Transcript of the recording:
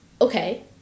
okay